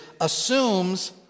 assumes